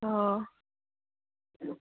অঁ